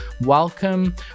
welcome